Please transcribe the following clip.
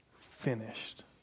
finished